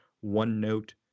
one-note